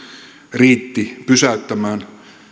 riitti pysäyttämään